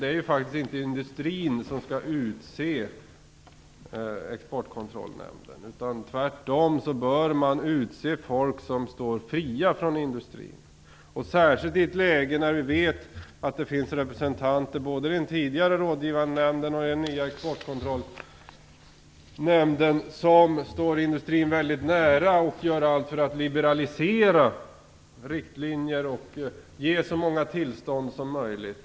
Det är faktiskt inte industrin som skall utse Exportkontrollrådet. Man bör utse människor som står fria i förhållande till industrin, särskilt i ett läge när man vet att det finns representanter både i den tidigare rådgivande nämnden och i Exportkontrollrådet som står industrin väldigt nära och som gör allt för att liberalisera riktlinjer och ge så många tillstånd som möjligt.